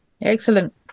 excellent